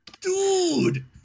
Dude